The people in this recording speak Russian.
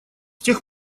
тех